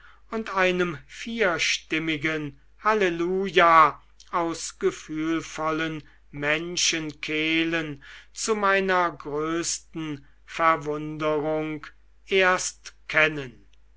und einem vierstimmigen halleluja aus gefühlvollen menschenkehlen zu meiner größten verwunderung erst kennen